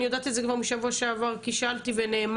אני יודעת את זה משבוע שעבר כי שאלתי ונאמר